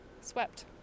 swept